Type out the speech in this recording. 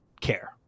care